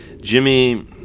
Jimmy